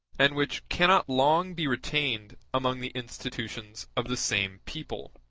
and which cannot long be retained among the institutions of the same people.